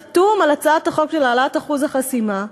חתום על הצעת החוק להעלאת אחוז החסימה,